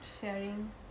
sharing